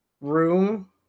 room